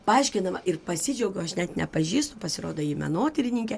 paaiškinama ir pasidžiaugiau aš net nepažįstu pasirodo ji menotyrininkė